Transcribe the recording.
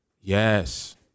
Yes